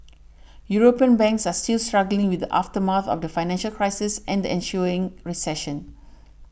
European banks are still struggling with the aftermath of the financial crisis and the ensuing recession